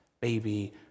baby